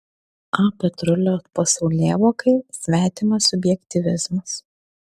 a petrulio pasaulėvokai svetimas subjektyvizmas